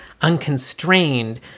unconstrained